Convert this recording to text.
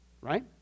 right